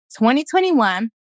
2021